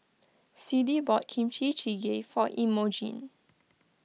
Siddie bought Kimchi Jjigae for Emogene